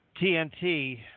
TNT